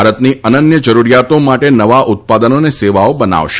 ભારતની અનન્ય જરૂરિયાતો માટે નવા ઉત્પાદનો અને સેવાઓ બનાવશે